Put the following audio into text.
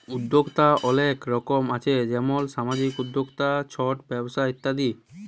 উদ্যক্তা অলেক রকম আসে যেমল সামাজিক উদ্যক্তা, ছট ব্যবসা ইত্যাদি